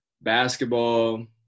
basketball